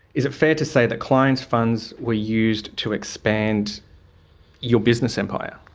is it fair to say that clients' funds were used to expand your business empire?